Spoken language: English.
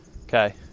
okay